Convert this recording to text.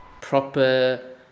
proper